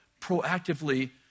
proactively